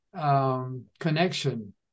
connection